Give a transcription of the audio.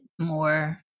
more